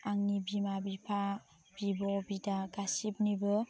आंनि बिमा बिफा बिब' बिदा गासिबनिबो